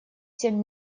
семь